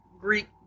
Greek